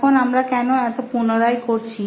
এখন আমরা কেন এত পুনরায় করছি